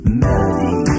melody